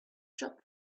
shop